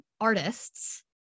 artists